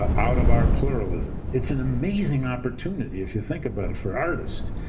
ah out of our pluralism? it's an amazing opportunity, if you think about it, for artists,